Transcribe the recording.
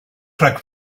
rhag